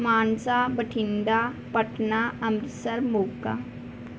Mansa Bathinda Patna Amritsar Moga